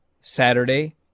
Saturday